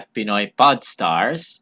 PinoyPodStars